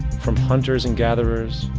from hunters and gatherers,